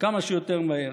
כמה שיותר מהר.